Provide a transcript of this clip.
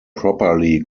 properly